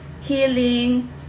healing